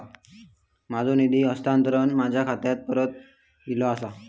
माझो निधी हस्तांतरण माझ्या खात्याक परत इले आसा